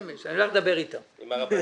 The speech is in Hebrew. וחלות עליה כל ההוראות של פיקדון.